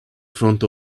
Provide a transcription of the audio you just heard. front